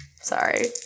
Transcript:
Sorry